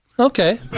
okay